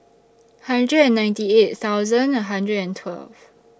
hundred and ninety eight thousand hundred and twelve